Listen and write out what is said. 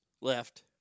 left